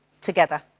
together